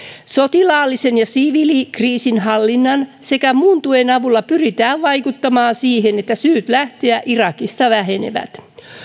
sotilaallisen kriisinhallinnan ja siviilikriisinhallinnan sekä muun tuen avulla pyritään vaikuttamaan siihen että syyt lähteä irakista vähenevät